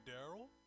Daryl